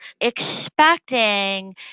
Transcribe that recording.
expecting